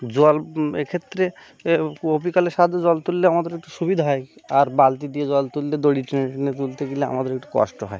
জল এক্ষেত্রে এ কপিকলের সাহায্যে জল তুললে আমাদের একটু সুবিধা হয় আর বালতি দিয়ে জল তুললে দড়ি টেনে টেনে তুলতে গেলে আমাদের একটু কষ্ট হয়